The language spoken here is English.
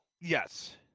yes